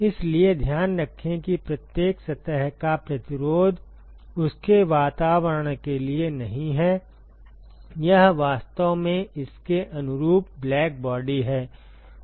इसलिए ध्यान रखें कि प्रत्येक सतह का प्रतिरोध उसके वातावरण के लिए नहीं हैयह वास्तव में इसके अनुरूप ब्लैक बॉडी है